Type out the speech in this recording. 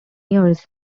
years